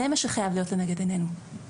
זה מה שחייב להיות לנגד עינינו.